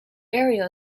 area